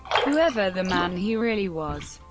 whoever the man he really was.